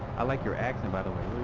i like your accent, but where